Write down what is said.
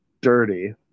dirty